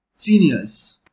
Seniors